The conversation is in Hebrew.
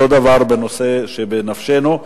אותו דבר בנושא שבנפשנו.